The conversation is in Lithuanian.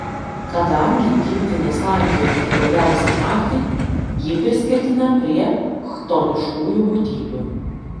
kadangi giltinė slankiojanti daugiausiai naktį ji priskirtina prie chtoniškųjų būtybių